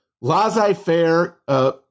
laissez-faire